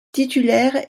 titulaire